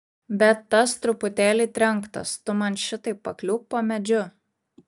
bet tas truputėlį trenktas tu man šitaip pakliūk po medžiu